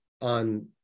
on